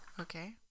Okay